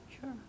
sure